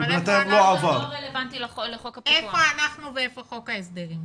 אבל איפה אנחנו ואיפה חוק ההסדרים?